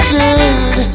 good